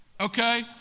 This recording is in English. Okay